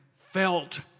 felt